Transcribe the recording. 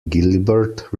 gilbert